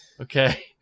Okay